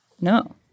No